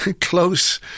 close